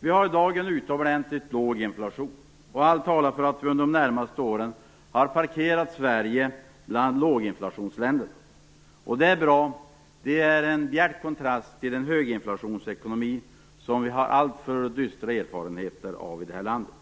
Vi har i dag en utomordentligt låg inflation. Allt talar för att vi för de närmaste åren har parkerat Sverige bland låginflationsländer. Det är bra, det är i en bjärt kontrast till den höginflationsekonomi som har alltför dystra erfarenheter av i det här landet.